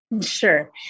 Sure